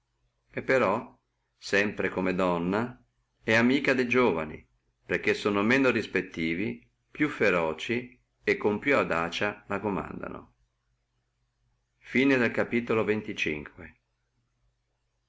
e però sempre come donna è amica de giovani perché sono meno respettivi più feroci e con più audacia la comandano